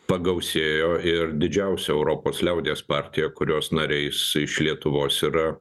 pagausėjo ir didžiausia europos liaudies partija kurios nariais iš lietuvos yra